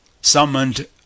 summoned